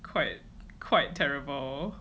quite quite terrible